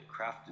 crafted